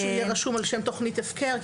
שהסימון יהיה רשום על שם תוכנית הפקר.